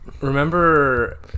remember